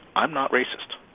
i'm not racist,